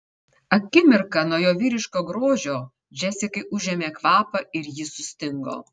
akimirką nuo jo vyriško grožio džesikai užėmė kvapą ir ji sustingo